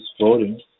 voting